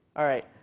all right.